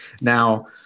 now